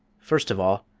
first of all,